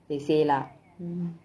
they say lah mm